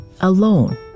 alone